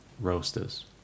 roasters